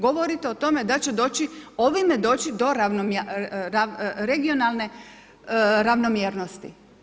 Govorite o tome da će doći ovime do regionalne ravnomjernosti.